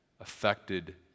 affected